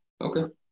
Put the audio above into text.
Okay